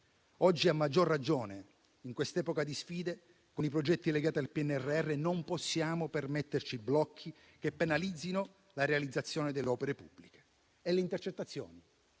Oggi a maggior ragione, in quest'epoca di sfide, con i progetti legati al PNRR, non possiamo permetterci blocchi che penalizzino la realizzazione delle opere pubbliche. Per quanto